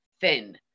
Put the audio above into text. thin